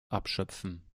abschöpfen